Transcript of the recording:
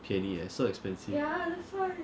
便宜 leh so expensive